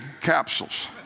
capsules